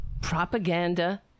propaganda